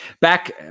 back